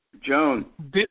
Joan